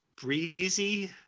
breezy